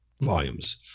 volumes